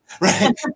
right